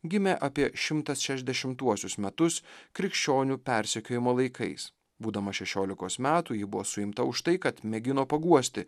gimė apie šimtas šešdešimtuosius metus krikščionių persekiojimo laikais būdama šešiolikos metų ji buvo suimta už tai kad mėgino paguosti